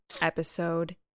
episode